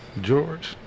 George